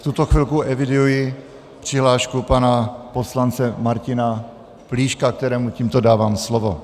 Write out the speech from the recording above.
V tuto chvilku eviduji přihlášku pana poslance Martina Plíška, kterému tímto dávám slovo.